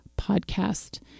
podcast